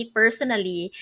personally